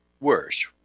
worse